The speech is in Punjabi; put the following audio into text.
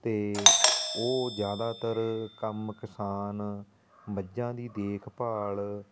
ਅਤੇ ਉਹ ਜ਼ਿਆਦਾਤਰ ਕੰਮ ਕਿਸਾਨ ਮੱਝਾਂ ਦੀ ਦੇਖਭਾਲ